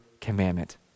commandment